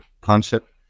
concept